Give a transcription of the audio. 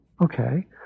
okay